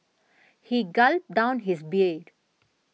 he gulped down his beer